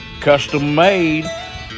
Custom-made